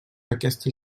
aquesta